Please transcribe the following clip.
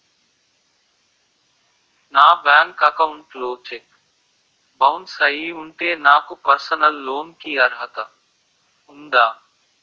నా bank account లో cheque bounce అయ్యి ఉంటే నాకు పర్సనల్ లోన్ కీ అర్హత ఉందా?